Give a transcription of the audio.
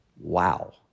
Wow